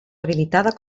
habilitada